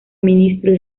ministro